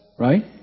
Right